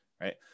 right